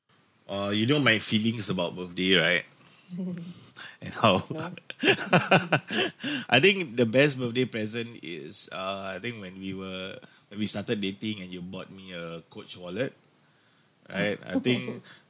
oh you know my feelings about birthday right and how I think the best birthday present is uh I think when we were when we started dating and you bought me a coach wallet alright I think